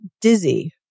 dizzy